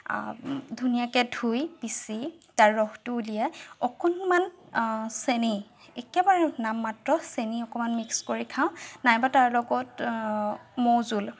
ধুনীয়াকৈ ধুই পিচি তাৰ ৰসটো উলিয়াই অকণমান চেনি একেবাৰে নামমাত্ৰ চেনি অকণমান মিক্স কৰি খাওঁ নাই বা তাৰ লগত মৌ জোল